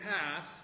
pass